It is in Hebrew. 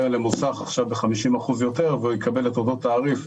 למוסך ב-50% יותר ויקבל אותו תעריף,